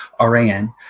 RAN